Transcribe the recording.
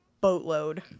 boatload